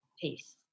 peace